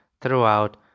throughout